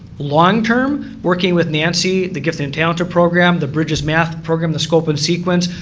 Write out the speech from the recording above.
long-term working with nancy, the gifted and talented program, the bridges math program, the scope and sequence,